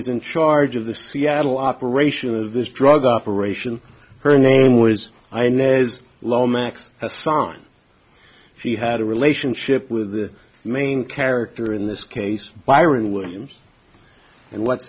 is in charge of the seattle operation of this drug operation her name was i know as lomax a son she had a relationship with the main character in this case byron williams and what